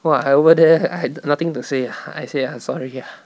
!wah! I over there I had nothing to say ah I say I'm sorry ah